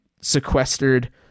sequestered